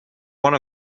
one